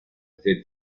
desde